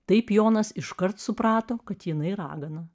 taip jonas iškart suprato kad jinai ragana